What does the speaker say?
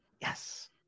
Yes